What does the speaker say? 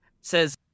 says